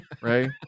Right